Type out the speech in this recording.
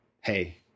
hey